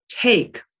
take